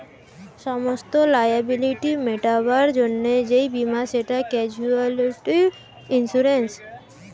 সমস্ত লায়াবিলিটি মেটাবার জন্যে যেই বীমা সেটা ক্যাজুয়ালটি ইন্সুরেন্স